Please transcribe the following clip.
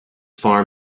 farm